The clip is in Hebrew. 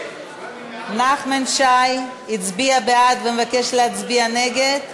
נחמן שי הצביע בעד ומבקש להצביע נגד,